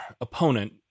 opponent